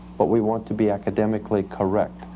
but we want to be academically correct,